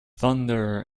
thunder